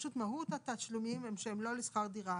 פשוט מהות התשלומים הם שהם לא לשכר דירה.